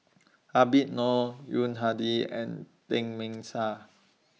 Habib Noh Yuni Hadi and Teng